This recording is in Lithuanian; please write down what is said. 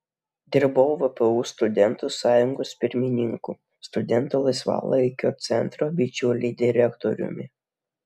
dirbau vpu studentų sąjungos pirmininku studentų laisvalaikio centro bičiuliai direktoriumi